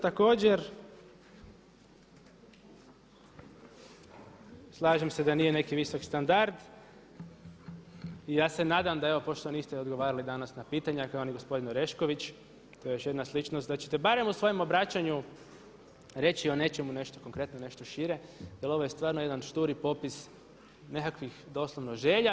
Također slažem se da nije neki visoki standard i ja se nadam da evo pošto niste danas odgovarali na pitanja kao ni gospodin Orešković, to je još jedna sličnost, da ćete barem u svojem obraćanju reći o nečemu nešto konkretno, nešto šire jer ovo je stvarno jedan šturi popis nekakvih doslovno želja.